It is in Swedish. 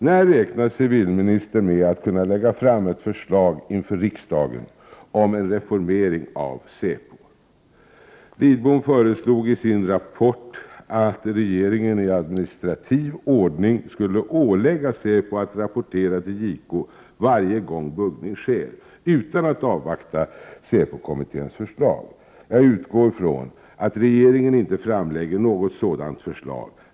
När räknar civilministern med att kunna lägga fram ett förslag inför riksdagen om en reformering av säpo? Carl Lidbom föreslog i sin rapport att regeringen i administrativ ordning skulle ålägga säpo att rapportera till JK varje gång buggning sker, utan att avvakta säpokommitténs förslag. Jag utgår från att regeringen inte framlägger något sådant förslag.